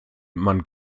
man